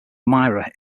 myra